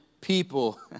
people